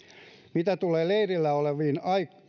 mitä tulee leirillä oleviin